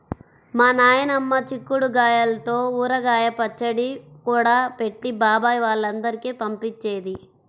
మా నాయనమ్మ చిక్కుడు గాయల్తో ఊరగాయ పచ్చడి కూడా పెట్టి బాబాయ్ వాళ్ళందరికీ పంపించేది